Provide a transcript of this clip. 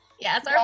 Yes